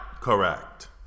Correct